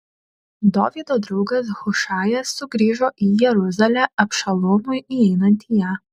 dovydo draugas hušajas sugrįžo į jeruzalę abšalomui įeinant į ją